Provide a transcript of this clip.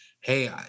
hey